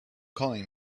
calling